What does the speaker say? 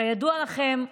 כידוע לכם,